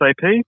SAP